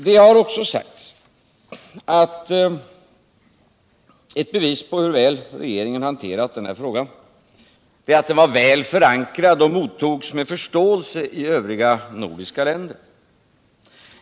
Det har också sagts att ett bevis på hur väl regeringen hanterat frågan är att den var väl förankrad och mottogs med förståelse i övriga nordiska länder.